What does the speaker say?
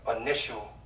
initial